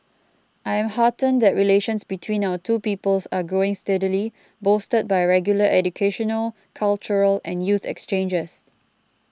I am heartened that relations between our two peoples are growing steadily bolstered by regular educational cultural and youth exchanges